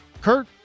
kurt